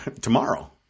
tomorrow